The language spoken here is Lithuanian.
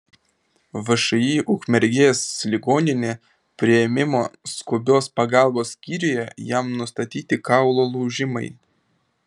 všį ukmergės ligoninė priėmimo skubios pagalbos skyriuje jam nustatyti kaulų lūžimai